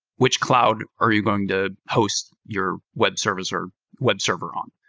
which cloud are you going to host your web servers or web server on?